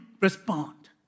respond